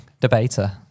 debater